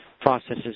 processes